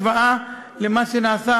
כהשוואה למה שנעשה